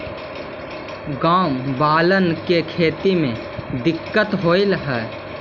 गाँव वालन के खेती में दिक्कत होवऽ हई